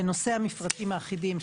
בנושא המפרטים האחידים,